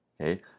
okay